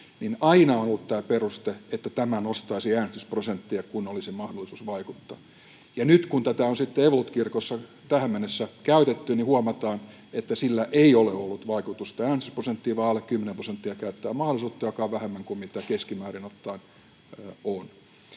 niin aina on ollut tämä peruste, että tämä nostaisi äänestysprosenttia, kun olisi mahdollisuus vaikuttaa. Ja nyt kun tätä on sitten ev.lut. kirkossa tähän mennessä käytetty, niin huomataan, että sillä ei ole ollut vaikutusta äänestysprosenttiin vaan alle 10 prosenttia käyttää mahdollisuutta, mikä on vähemmän kuin keskimäärin ottaen,